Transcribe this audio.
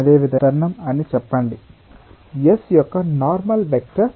అదేవిధంగా S2 కోసం 1 వెంట పనిచేసే ఫోర్స్ ఏమిటి